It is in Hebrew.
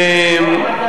הפלאשמורה,